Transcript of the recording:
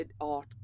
art